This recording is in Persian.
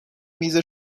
میز